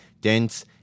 dense